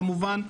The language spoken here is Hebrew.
כמובן.